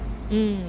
hmm